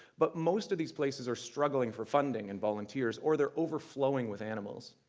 but most of these places are struggling for funding and volunteers or they're overflowing with animals.